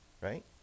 right